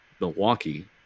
Milwaukee